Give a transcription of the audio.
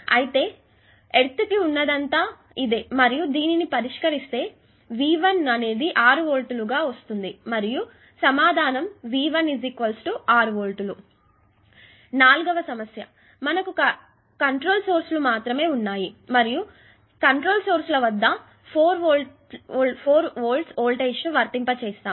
అయితే ఎర్త్ కి ఉన్నదంతా ఇదే మరియు ఈ దీనిని పరిష్కరిస్తే V1 ఆరు వోల్ట్లు లభిస్తుంది మరియు సమాధానంV1 ఆరు వోల్ట్లు నాల్గవ సమస్య మనకు కంట్రోల్ సోర్స్లు మాత్రమే ఉన్నాయి మరియు ఈ కంట్రోల్ సోర్స్ ల వద్ద 4V వోల్టేజ్ ను వర్తింపచేసాము